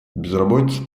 безработица